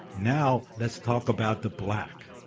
now let's talk about the black.